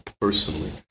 personally